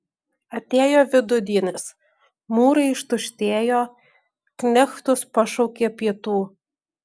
atėjo vidudienis mūrai ištuštėjo knechtus pašaukė pietų